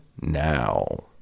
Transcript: now